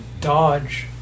dodge